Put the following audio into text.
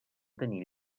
tenir